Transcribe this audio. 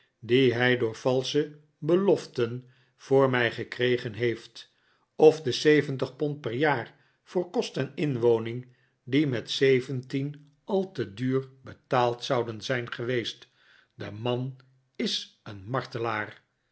die hij door valsche beloften voor mij gekregen heeft of de zeventig pond per jaar voor kost en inwoning die met zeventien al te duur betaald zouden zijn geweest de man is een